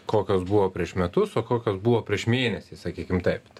kokios buvo prieš metus o kokios buvo prieš mėnesį sakykim taip